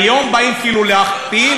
היום באים כאילו להכפיל?